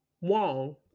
Wong